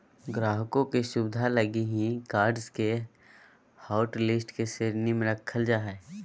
ग्राहकों के सुविधा लगी ही कार्ड्स के हाटलिस्ट के श्रेणी में रखल जा हइ